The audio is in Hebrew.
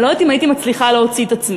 אני לא יודעת אם הייתי מצליחה להוציא את עצמי,